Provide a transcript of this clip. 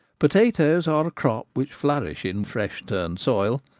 potatoes are a crop which flourish in fresh-turned soil,